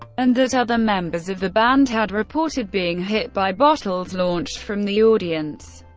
and that other members of the band had reported being hit by bottles launched from the audience,